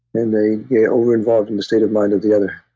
and they get over-involved in the state of mind of the other.